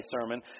sermon